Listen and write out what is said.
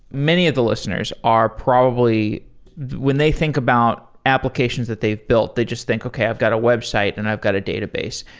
many of the listeners are probably when they think about applications that they've built, they just think, okay, i've got a website and i've got a database.